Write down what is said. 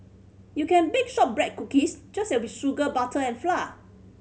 you can bake shortbread cookies just with sugar butter and flour